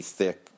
thick